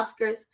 oscars